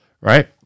right